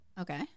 Okay